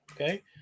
Okay